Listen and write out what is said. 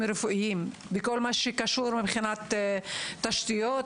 רפואיים בכל מה שקשור מבחינת תשתיות,